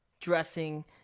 dressing